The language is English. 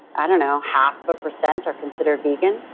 i don't know half of a percent are considered vegan,